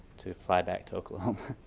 to fly back to oklahoma,